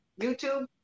youtube